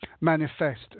manifest